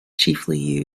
chiefly